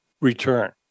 return